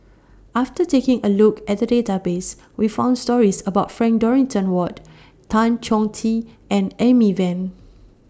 after taking A Look At The Database We found stories about Frank Dorrington Ward Tan Chong Tee and Amy Van